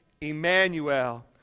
Emmanuel